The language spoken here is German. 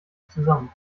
zusammen